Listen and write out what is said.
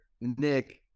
Nick